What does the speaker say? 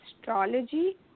astrology